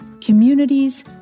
communities